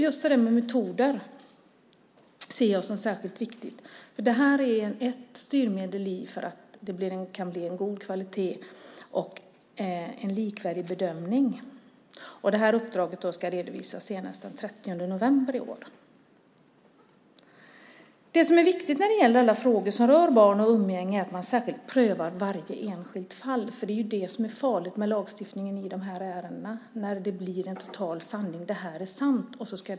Just metoder ser jag som särskilt viktigt, för det här är ett styrmedel för att kunna få en god kvalitet och en likvärdig bedömning. Det uppdraget ska redovisas senast den 30 november i år. Det som är viktigt när det gäller alla frågor som rör barn och umgänge är att man särskilt prövar varje enskilt fall. Det farliga med lagstiftningen i sådana här ärenden är ju när det blir en total sanning: Det här är sant .